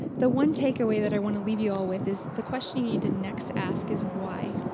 the one takeaway that i want to leave you all with is the question you need to next ask is why?